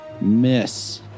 Miss